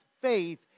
faith